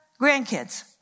grandkids